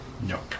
No